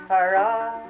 Hurrah